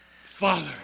Father